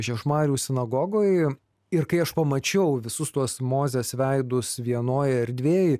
žiežmarių sinagogoj ir kai aš pamačiau visus tuos mozės veidus vienoj erdvėj